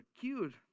cute